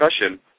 discussion